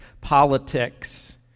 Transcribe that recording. politics